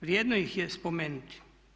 Vrijedno ih je spomenuti.